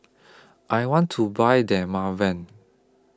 I want to Buy Dermaveen